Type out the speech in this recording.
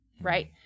right